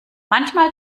manchmal